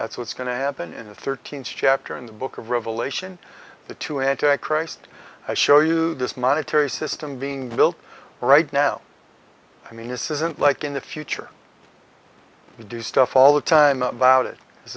that's what's going to happen in the thirteenth chapter in the book of revelation the two anti christ i show you this monetary system being built right now i mean this isn't like in the future we do stuff all the time about it this